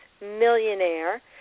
millionaire